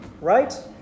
right